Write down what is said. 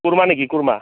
কুৰ্মা নেকি কুৰ্মা